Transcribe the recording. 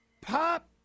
Pop